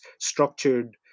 structured